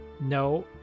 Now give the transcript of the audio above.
no